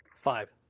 Five